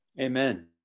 Amen